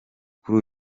kuri